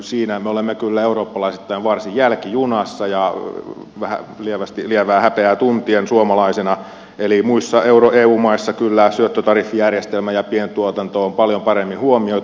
siinä me olemme kyllä eurooppalaisittain varsin jälkijunassa ja lievää häpeää tunnen suomalaisena eli muissa eu maissa kyllä syöttötariffijärjestelmä ja pientuotanto on paljon paremmin huomioitu